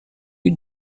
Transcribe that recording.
you